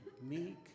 meek